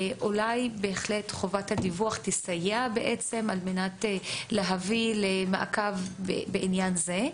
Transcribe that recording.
בהחלט חובת הדיווח תסייע על מנת להביא למעקב בעניין זה.